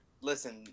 Listen